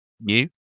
new